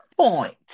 point